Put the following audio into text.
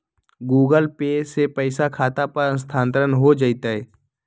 Google Pay से पईसा खाता पर स्थानानंतर हो जतई?